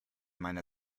meiner